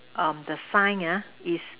um the sign ah is